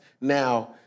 now